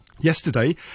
Yesterday